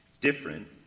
different